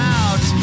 out